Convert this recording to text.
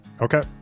Okay